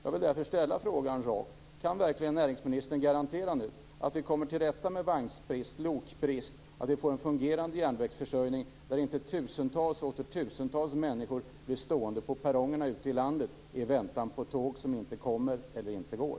Jag vill därför ställa en rak fråga: Kan verkligen näringsministern nu garantera att vi kommer till rätta med vagnsbrist och lokbrist och att vi får en fungerande järnvägsförsörjning där inte tusentals och åter tusentals människor blir stående på perrongerna ute i landet i väntan på tåg som inte kommer eller inte går?